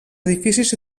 edificis